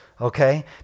Okay